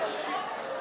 בכנסת השמונה-עשרה.